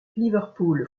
liverpool